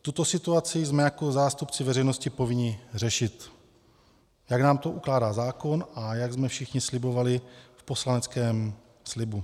Tuto situaci jsme jako zástupci veřejnosti povinni řešit, jak nám to ukládá zákon a jak jsme všichni slibovali v poslaneckém slibu.